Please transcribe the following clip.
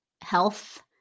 health